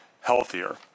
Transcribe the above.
healthier